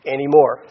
Anymore